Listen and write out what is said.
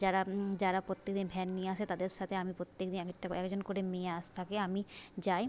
যারা যারা প্রত্যেক দিন ভ্যান নিয়ে আসে তাদের সাথে আমি প্রত্যেক দিন এক একটা করে এক একজন করে মেয়ে আসে থাকে আমি যাই